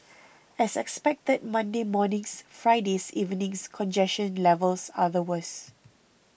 as expected Monday morning's Friday's evening's congestion levels are the worse